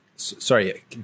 Sorry